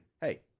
hey